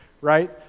right